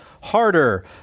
Harder